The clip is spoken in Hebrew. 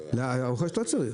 הרוכש לא צריך.